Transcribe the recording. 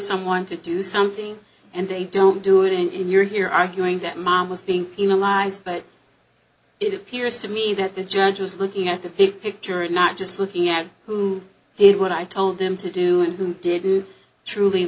someone to do something and they don't do it in you're here arguing that mom was being penalized but it appears to me that the judge is looking at the big picture and not just looking at who did what i told him to do and who didn't truly